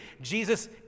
Jesus